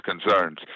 concerns